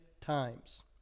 times